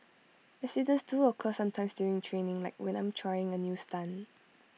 accidents do occur sometimes during training like when I'm trying A new stunt